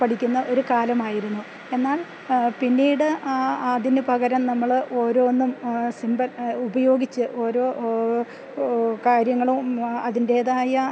പഠിക്കുന്ന ഒരു കാലമായിരുന്നു എന്നാൽ പിന്നീട് അതിന് പകരം നമ്മൾ ഓരോന്നും സിമ്പൾ ഉപയോഗിച്ച് ഓരോ കാര്യങ്ങളും അതിൻറ്റേതായ